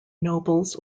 nobles